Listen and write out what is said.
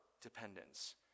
dependence